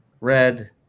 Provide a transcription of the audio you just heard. Red